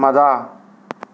ꯃꯥꯗꯥ